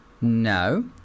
No